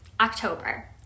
October